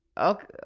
okay